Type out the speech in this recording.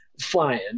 flying